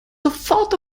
sofort